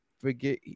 forget